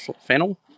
fennel